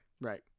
right